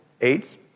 AIDS